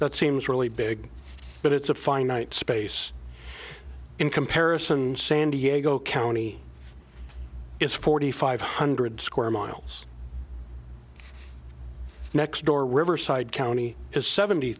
that seems really big but it's a finite space in comparison san diego county is forty five hundred square miles next door riverside county is seventy